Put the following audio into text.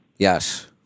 Yes